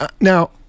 Now